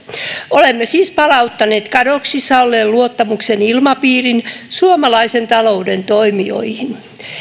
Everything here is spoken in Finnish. olemme siis palauttaneet kadoksissa olleen luottamuksen ilmapiirin suomalaisen talouden toimijoihin